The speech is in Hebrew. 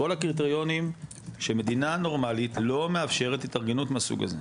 כל הקריטריונים שמדינה נורמלית לא מאפשרת התארגנות מהסוג הזה.